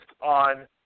on